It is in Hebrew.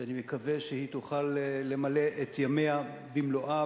ואני מקווה שהיא תוכל למלא את ימיה במלואם,